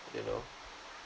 you know